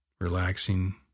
relaxing